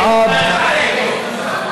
בעד,